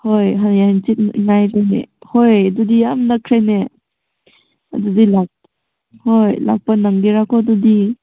ꯍꯣꯏ ꯍꯌꯦꯡ ꯍꯥꯡꯆꯤꯠ ꯉꯥꯏꯔꯣꯅꯦ ꯍꯣꯏ ꯑꯗꯨꯗꯤ ꯌꯥꯝ ꯅꯛꯈ꯭ꯔꯦꯅꯦ ꯑꯗꯨꯗꯤ ꯍꯣꯏ ꯂꯥꯛꯄ ꯅꯪꯒꯦꯔꯥ ꯑꯗꯨꯗꯤ